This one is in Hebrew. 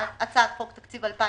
הצעת חוק תקציב 2020,